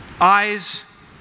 eyes